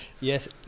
Yes